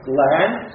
land